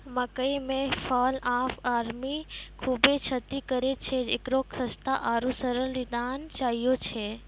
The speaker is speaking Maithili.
मकई मे फॉल ऑफ आर्मी खूबे क्षति करेय छैय, इकरो सस्ता आरु सरल निदान चाहियो छैय?